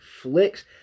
flicks